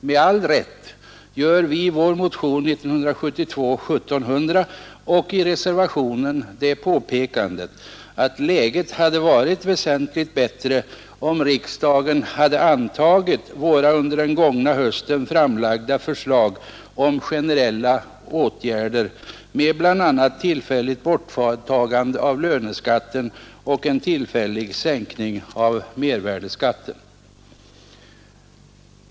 Med all rätt gör vi i vår motion nr 1700 år 1972 och i reservationen det påpekandet, att läget hade varit väsentligt bättre, om riksdagen antagit våra under den gångna hösten framförda förslag om generella åtgärder — med bl.a. tillfälligt borttagande av löneskatten och en tillfällig sänkning av mervärdeskatten.